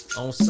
on